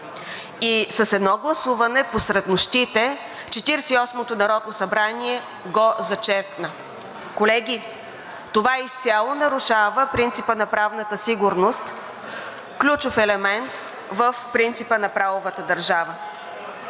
И с едно гласуване посред нощите Четиридесет и осмото народно събрание го зачеркна. Колеги, това изцяло нарушава принципа на правната сигурност – ключов елемент в принципа на правовата държава.